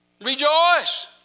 Rejoice